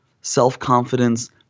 Self-confidence